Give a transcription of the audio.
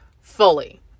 fully